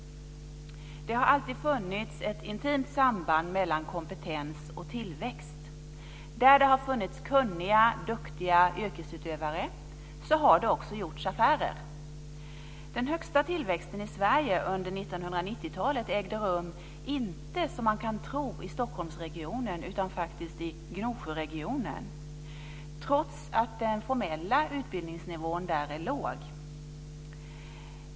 Det har alltid funnits ett intimt samband mellan kompetens och tillväxt. Där det har funnits kunniga och duktiga yrkesutövare har det också gjorts affärer. Den högsta tillväxten i Sverige under 1990-talet ägde inte rum, som man kan tro, i Stockholmsregionen utan faktiskt i Gnosjöregionen, trots att den formella utbildningsnivån där är låg.